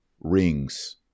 rings